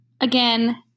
Again